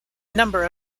number